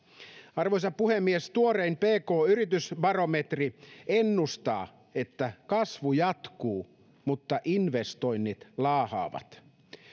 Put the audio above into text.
arvoisa puhemies tuorein pk yritysbarometri ennustaa että kasvu jatkuu mutta investoinnit laahaavat